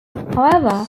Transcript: however